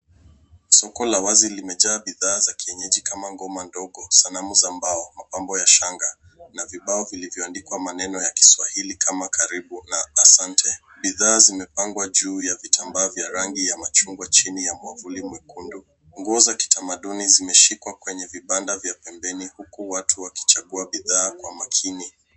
Soko la wazi limejaa bidhaa za kienyeji kama ngoma ndogo, sanamu za mbao, mapambo ya shanga, na vibao vilivyoandikwa maneno ya kiswahili kama karibu na asante. Bidhaa zimepangwa juu ya vitambaa vya rangi ya machungwa chini ya mwavuli mwekundu. Nguo za kitamaduni zimeshikwa kwenye vibanda vya pembeni huku watu wakichagua bidhaa kwa makini.